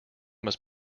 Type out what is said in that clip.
must